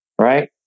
right